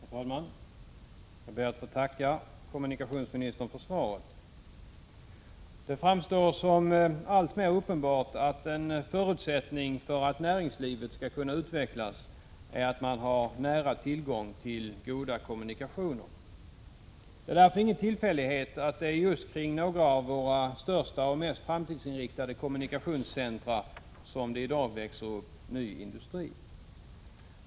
Herr talman! Jag ber att få tacka kommunikationsministern för svaret. Det framstår som alltmer uppenbart att en förutsättning för att näringslivet skall kunna utvecklas är att man har nära tillgång till goda kommunikationer. Det är därför ingen tillfällighet att det är just kring några av våra största och mest framtidsinriktade kommunikationscentra som det i dag växer upp ny industri.